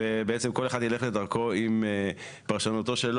ובעצם כל אחד ילך לדרכו עם פרשנותו שלו